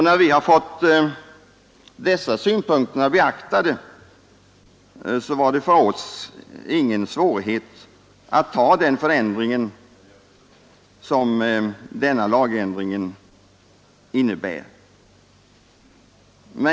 När vi har fått dessa synpunkter tillgodosedda har det för oss inte varit någon svårighet att ta denna lagändring.